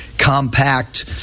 compact